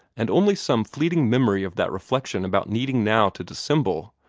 and only some fleeting memory of that reflection about needing now to dissemble,